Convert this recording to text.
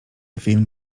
film